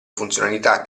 funzionalità